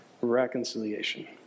Reconciliation